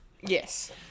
Yes